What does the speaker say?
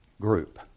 group